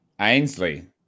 Ainsley